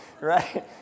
Right